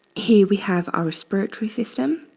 here we have our respiratory system.